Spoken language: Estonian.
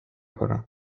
korra